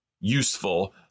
useful